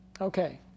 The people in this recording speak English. Okay